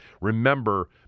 Remember